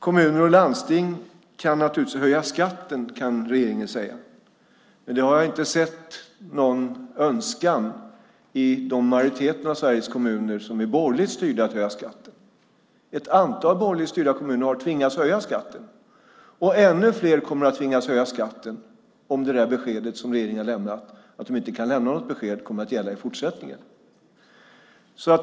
Kommuner och landsting kan naturligtvis höja skatten, kan regeringen säga. Men jag har inte sett någon önskan om att höja skatten i majoriteten av Sveriges kommuner som är borgerligt styrda. Ett antal borgerligt styrda kommuner har tvingats höja skatten, och ännu fler kommer att tvingas höja skatten om det besked som regeringen har lämnat, att de inte kan lämna något besked, kommer att gälla i fortsättningen.